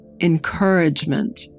encouragement